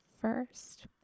first